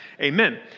Amen